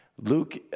Luke